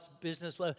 business